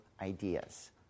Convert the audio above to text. ideas